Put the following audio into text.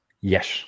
Yes